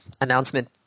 announcement